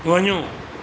वञो